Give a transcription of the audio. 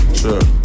sure